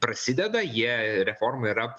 prasideda jie reforma yra